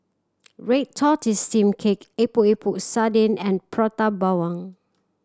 red tortoise steamed cake Epok Epok Sardin and Prata Bawang